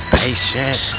patient